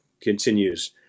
continues